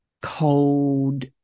cold